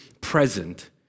present